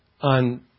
on